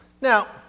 Now